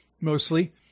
mostly